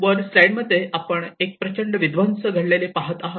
वर स्लाईड मध्ये आपण एक प्रचंड विध्वंस घडलेले पहात आहात